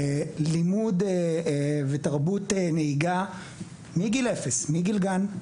לימוד ותרבות נהיגה מגיל אפס, מגיל גן.